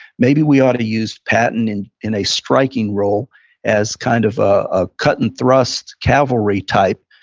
maybe we ought to use patton in in a striking role as kind of a cut and thrust cavalry type.